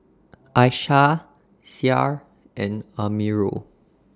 Aishah Syah and Amirul